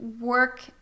work